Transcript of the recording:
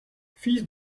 fils